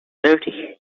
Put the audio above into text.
dirty